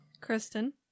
Kristen